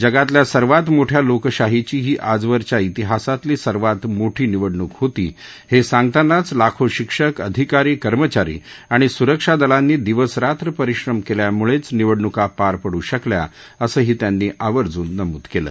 जगातल्या सर्वात मोठ्या लोकशाहीची ही आजवरच्या तिहासातली सर्वात मोठी निवडणूक होती हा आंगतानाच लाखो शिक्षक अधिकारी कर्मचारी आणि सुरक्षा दलांनी दिवस रात्र परिश्रम कल्यामुळघोनिवडणुका पार पडू शकल्या असंही त्यांनी आवर्जून नमूद कलि